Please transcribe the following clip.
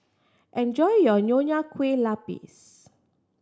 enjoy your Nonya Kueh Lapis